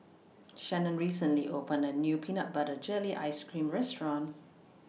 Shanon recently opened A New Peanut Butter Jelly Ice Cream Restaurant